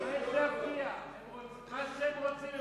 מהיהודים לא.